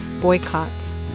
boycotts